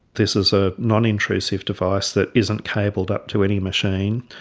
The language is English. this is a non-intrusive device that isn't cabled up to any machine,